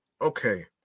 Okay